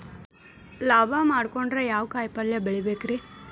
ಲಾಭ ಮಾಡಕೊಂಡ್ರ ಯಾವ ಕಾಯಿಪಲ್ಯ ಬೆಳಿಬೇಕ್ರೇ?